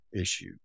issue